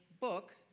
book